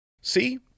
See